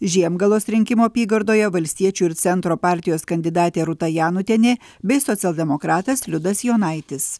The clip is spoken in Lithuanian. žiemgalos rinkimų apygardoje valstiečių ir centro partijos kandidatė rūta janutienė bei socialdemokratas liudas jonaitis